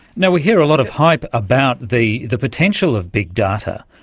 yeah we hear a lot of hype about the the potential of big data,